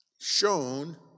shown